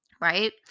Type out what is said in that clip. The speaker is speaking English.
right